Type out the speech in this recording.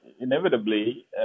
inevitably